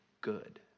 good